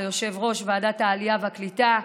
ליושב-ראש ועדת העלייה והקליטה,